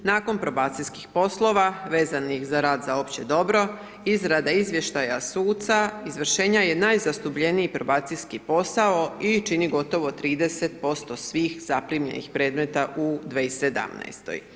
Nakon probacijskih poslova vezanih za rad za opće dobro, izrade izvještaja suca izvršenja je najzastupljeniji probacijski posao i čini gotovo 30% svih zaprimljenih predmeta u 2017.